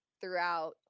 throughout